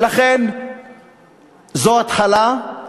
ולכן זו התחלה,